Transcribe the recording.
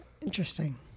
Interesting